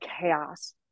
chaos